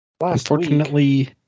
Unfortunately